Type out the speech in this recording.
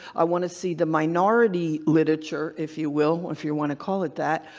i want to see the minority literature, if you will, if you want to call it that.